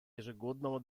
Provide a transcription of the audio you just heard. ежегодного